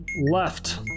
Left